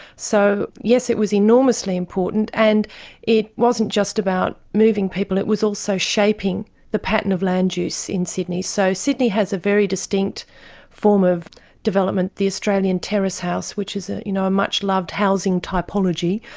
so yes, it was enormously important and it wasn't just about moving people, it was also shaping the pattern of land use in sydney. so sydney has a very distinct form of development. the australian terrace house, which is ah you know a much-loved housing typology,